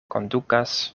kondukas